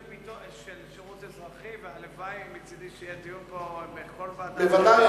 של שירות אזרחי והלוואי מצדי שיהיה דיון פה בכל ועדה,